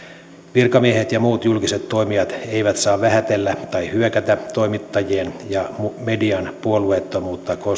virkamiehet ja muut julkiset toimijat eivät saa vähätellä tai hyökätä toimittajien ja median puolueettomuutta